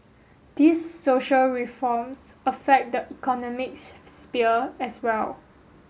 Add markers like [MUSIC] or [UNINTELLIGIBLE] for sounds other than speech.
these social reforms affect the economic [UNINTELLIGIBLE] sphere as well